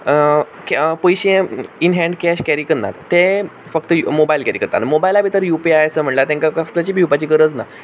पयशे in hand cash carry करनात ते फक्त मोबायल कॅरी करतात आनी मोबायला भितर यु पी आय आसता म्हणल्यार तेंकां कसल्याची भिवपाची गरज ना